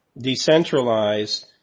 decentralized